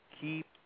keep